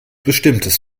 bestimmtes